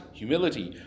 humility